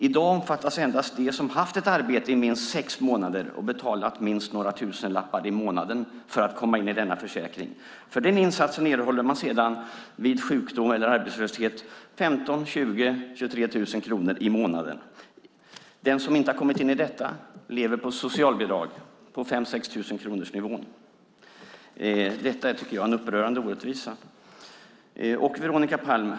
I dag omfattas endast de som haft arbete i minst sex månader och betalat några tusenlappar i månaden för att komma in i denna försäkring. För den insatsen erhåller man sedan vid sjukdom eller arbetslöshet 15 000-23 000 kronor i månaden. Den som inte har kommit in i detta lever på socialbidrag på ca 5 000 kronor. Detta är en upprörande orättvisa.